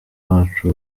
bacu